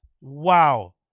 wow